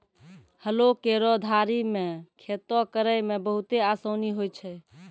हलो केरो धारी सें खेती करै म बहुते आसानी होय छै?